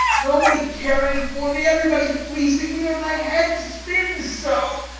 nobody caring for me, everybody fleecing me, and my head spins so